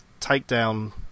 takedown